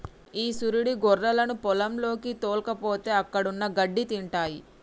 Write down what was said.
ఈ సురీడు గొర్రెలను పొలంలోకి తోల్కపోతే అక్కడున్న గడ్డి తింటాయి